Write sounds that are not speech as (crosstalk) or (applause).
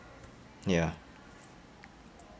ya (noise)